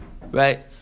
Right